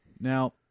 Now